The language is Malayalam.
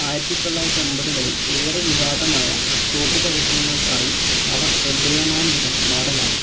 ആയരത്തി തൊള്ളായിരത്തി എൺപതുകളിൽ ഏറെ വിവാദമായ സോപ്പ് പരസ്യങ്ങൾക്കായി അവര് ശ്രദ്ധേയമാംവിധം മോഡലായി